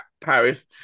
Paris